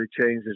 changes